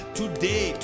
today